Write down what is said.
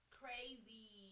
crazy